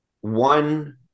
one